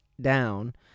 down